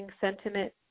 sentiment